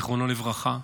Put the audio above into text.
זיכרונו לברכה.